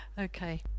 Okay